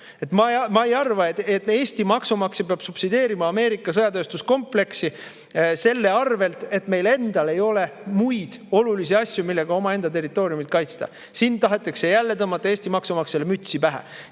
Ma ei arva, et Eesti maksumaksja peab subsideerima Ameerika sõjatööstuskompleksi selle hinnaga, et meil endal ei ole muid olulisi asju, millega omaenda territooriumi kaitsta. Siin tahetakse jälle tõmmata Eesti maksumaksjale mütsi pähe.